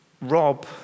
rob